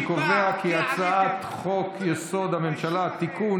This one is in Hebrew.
אני קובע כי הצעת חוק-יסוד: הממשלה (תיקון,